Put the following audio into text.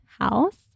house